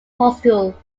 hostel